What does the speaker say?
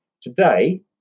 today